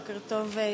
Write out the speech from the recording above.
בוקר טוב,